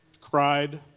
cried